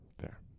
Fair